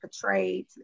portrayed